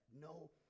No